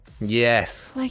yes